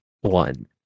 one